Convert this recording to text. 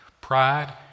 Pride